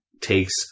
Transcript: takes